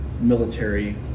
military